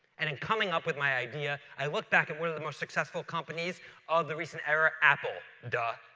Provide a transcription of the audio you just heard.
and in coming up with my idea, i looked back at one of the most successful companies of the recent era, apple, duh.